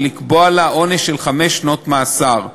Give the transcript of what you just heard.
ולקבוע לה עונש חמש שנות מאסר.